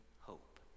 hope